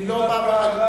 אני לא בא ואומר.